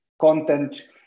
content